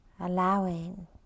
Allowing